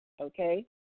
okay